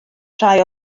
rhai